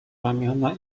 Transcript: ramiona